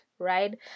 right